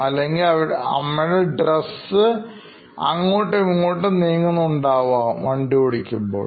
അല്ലെങ്കിൽ അമ്മയുടെ ഡ്രസ്സ് അങ്ങോട്ടുമിങ്ങോട്ടും നീങ്ങുന്ന ഉണ്ടാവാം വണ്ടി ഓടിക്കുമ്പോൾ